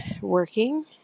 working